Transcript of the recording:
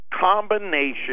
combination